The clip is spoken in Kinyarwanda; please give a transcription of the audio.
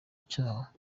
cyaha